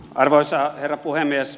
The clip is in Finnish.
arvoisa herra puhemies